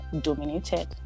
dominated